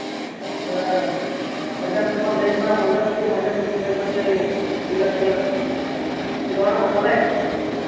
ᱦᱮᱸ Punjab national bank ᱠᱷᱚᱱᱟᱜ Punjab national bank ᱠᱷᱚᱱᱟᱜ ᱫᱩᱼᱞᱟᱠᱷ ᱴᱟᱠᱟ ᱞᱳᱱ ᱮᱢ ᱦᱟᱛᱟᱣ ᱞᱮᱫ